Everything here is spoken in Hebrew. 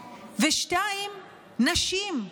שנית, נשים.